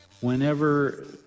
whenever